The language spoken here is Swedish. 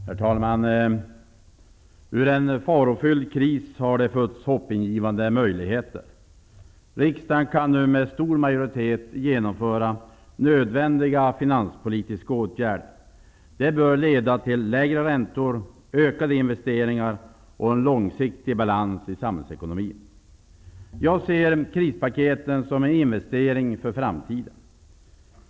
Herr talman! Ur en farofylld kris har det fötts hoppingivande möjligheter. Riksdagen kan nu med stor majoritet genomföra nödvändiga finanspolitiska åtgärder. Det bör leda till lägre räntor, ökade investeringar och en långsiktig balans i samhällsekonomin. Jag ser krispaketen som en investering för framtiden.